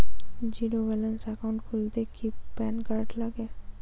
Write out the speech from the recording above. Zero balance account খুলতে কি PAN card লাগে?